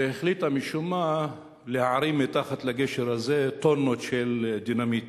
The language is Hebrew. והחליטה משום מה להערים מתחת לגשר הזה טונות של דינמיט